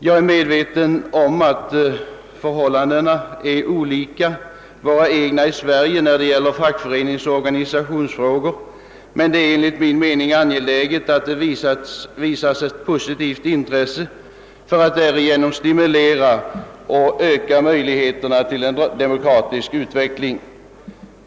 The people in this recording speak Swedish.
Jag är medveten om att förhållandena är olika dem i Sverige när det gäller fackföreningsoch andra organisationsfrågor, men det är enligt min mening angeläget att det visas ett positivt intresse för att därigenom stimulera och öka möjligheterna till en demokratisk utveckling.